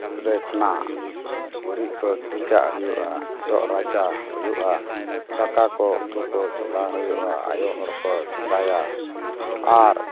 ᱨᱮ ᱠᱷᱚᱱᱟᱜ ᱜᱩᱨᱤᱡ ᱠᱚ ᱜᱤᱰᱤᱠᱟᱜ ᱦᱩᱭᱩᱜᱼᱟ ᱡᱚᱜ ᱨᱟᱪᱟ ᱦᱩᱭᱩᱜᱼᱟ ᱫᱟᱠᱟ ᱠᱚ ᱩᱛᱩ ᱠᱚ ᱪᱚᱸᱫᱟ ᱦᱩᱭᱩᱜᱼᱟ ᱟᱭᱳ ᱦᱚᱲᱠᱚ ᱪᱚᱸᱫᱟᱭᱟ ᱟᱨ